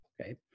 okay